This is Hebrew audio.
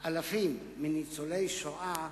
אלפים מניצולי השואה,